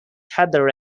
heather